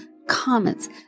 comments